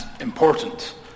important